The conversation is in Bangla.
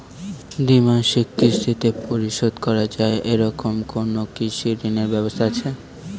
দ্বিমাসিক কিস্তিতে পরিশোধ করা য়ায় এরকম কোনো কৃষি ঋণের ব্যবস্থা আছে?